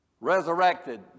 resurrected